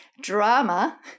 drama